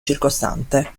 circostante